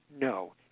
No